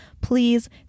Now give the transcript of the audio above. please